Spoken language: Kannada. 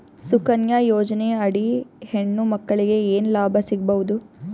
ಸುಕನ್ಯಾ ಯೋಜನೆ ಅಡಿ ಹೆಣ್ಣು ಮಕ್ಕಳಿಗೆ ಏನ ಲಾಭ ಸಿಗಬಹುದು?